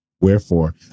Wherefore